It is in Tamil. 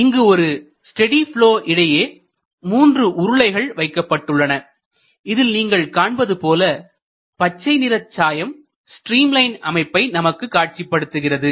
இங்கு ஒரு ஸ்டெடி ப்லொ இடையே மூன்று உருளைகள் வைக்கப்பட்டுள்ளன இதில் நீங்கள் காண்பது போல பச்சை நிறச் சாயம் ஸ்ட்ரீம் லைன் அமைப்பை நமக்கு காட்சிப்படுத்துகிறது